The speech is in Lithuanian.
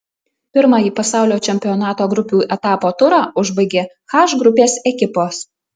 pirmąjį pasaulio čempionato grupių etapo turą užbaigė h grupės ekipos